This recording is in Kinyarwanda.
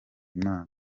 imana